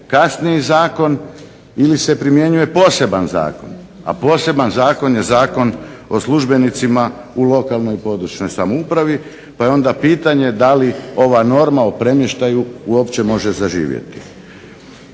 kasniji zakon ili se primjenjuje poseban zakon. A poseban zakon je Zakon o službenicima u lokalnoj i područnoj samoupravi pa je onda pitanje da li ova norma o premještaju uopće može zaživjeti.